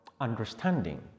understanding